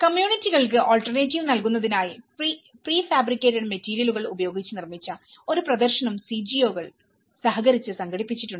കമ്മ്യൂണിറ്റികൾക്ക് alternative നൽകുന്നതിനായി prefabricated മെറ്റീരിയലുകൾ ഉപയോഗിച്ച് നിർമ്മിച്ച ഒരു പ്രദർശനം CGO കൾ സഹകരിച്ച് സംഘടിപ്പിച്ചിട്ടുണ്ട്